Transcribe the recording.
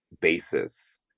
basis